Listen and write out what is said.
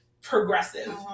progressive